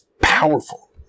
powerful